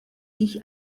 sich